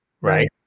right